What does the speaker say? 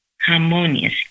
harmonious